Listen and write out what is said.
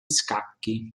scacchi